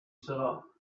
saw